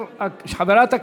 (איסור שימוש בטלפון נייד או באוזניות במעבר חציה),